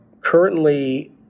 Currently